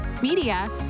media